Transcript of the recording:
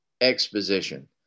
exposition